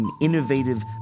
innovative